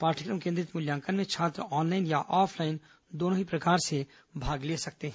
पाठ्यक्रम केंद्रित मूल्यांकन में छात्र ऑनलाइन या ऑफलाइन दोनों ही प्रकार से भाग ले सकते हैं